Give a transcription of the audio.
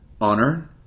honor